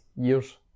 Years